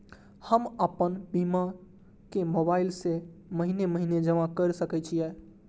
हम आपन बीमा के मोबाईल से महीने महीने जमा कर सके छिये?